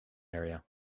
area